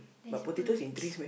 there's birds